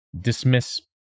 dismiss